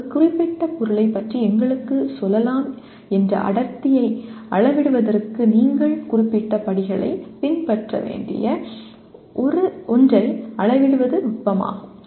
ஒரு குறிப்பிட்ட பொருளைப் பற்றி எங்களுக்குச் சொல்லலாம் என்ற அடர்த்தியை அளவிடுவதற்கு நீங்கள் குறிப்பிட்ட படிகளைப் பின்பற்ற வேண்டிய ஒன்றை அளவிடுவது நுட்பமாகும்